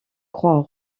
crois